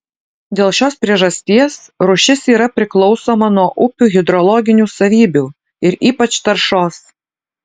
dėl šios priežasties rūšis yra priklausoma nuo upių hidrologinių savybių ir ypač taršos